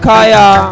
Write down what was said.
Kaya